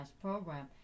program